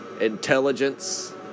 intelligence